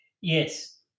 Yes